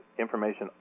information